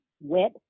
wet